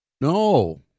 No